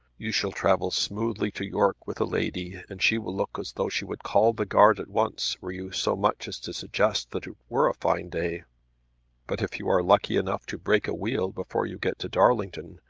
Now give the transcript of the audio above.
you shall travel smoothly to york with a lady and she will look as though she would call the guard at once were you so much as to suggest that it were a fine day but if you are lucky enough to break a wheel before you get to darlington,